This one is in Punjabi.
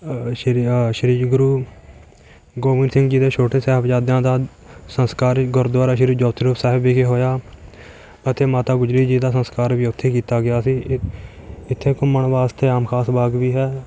ਸ਼੍ਰੀ ਸ਼੍ਰੀ ਗੁਰੂ ਗੋਬਿੰਦ ਸਿੰਘ ਜੀ ਦੇ ਛੋਟੇ ਸਾਹਿਬਜ਼ਾਦਿਆਂ ਦਾ ਸੰਸਕਾਰ ਗੁਰਦੁਆਰਾ ਸ਼੍ਰੀ ਜੋਤੀ ਸਰੂਪ ਸਾਹਿਬ ਵਿਖੇ ਹੋਇਆ ਅਤੇ ਮਾਤਾ ਗੁਜਰੀ ਜੀ ਦਾ ਸੰਸਕਾਰ ਵੀ ਉੱਥੇ ਹੀ ਕੀਤਾ ਗਿਆ ਸੀ ਇੱਥੇ ਘੁੰਮਣ ਵਾਸਤੇ ਆਮ ਖ਼ਾਸ ਬਾਗ਼ ਵੀ ਹੈ